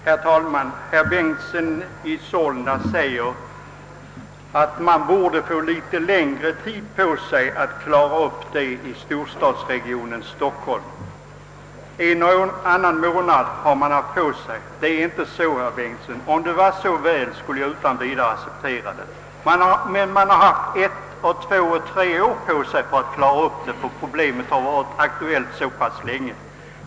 Herr talman! Herr Bengtson i Solna säger, att man borde i storstockholmsregionen få litet längre tid på sig att lösa frågan om en gemensam bostadsförmedling. En och annan månad har man haft på sig enligt herr Bengtson. Så är inte fallet; då skulle jag utan vidare acceptera att längre tid erbjuds. Nej, man har haft bortåt tre år på sig för att lösa frågan. Det är ett faktum att problemet har varit aktuellt så pass länge.